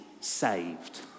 saved